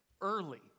Early